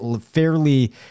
fairly